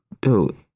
Dude